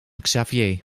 xavier